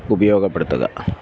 ഉപയോഗപ്പെടുത്തുക